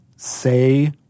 Say